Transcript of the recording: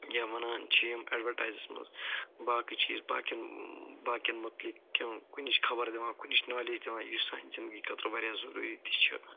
یا وَنان چھِ یِم اٮ۪ڈوٹایزس منٛز باقٕے چیٖز باقین باقین متعلق کُنِچ خبر دِوان کُنِچ نالیج دِوان یُس سانہٕ زندگی خٲطرٕ وارِیاہ ضُروٗری تہِ چھِ